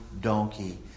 donkey